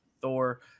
thor